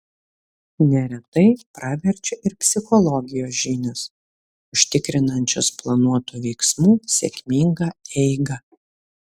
neretai praverčia ir psichologijos žinios užtikrinančios planuotų veiksmų sėkmingą eigą